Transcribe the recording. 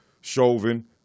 Chauvin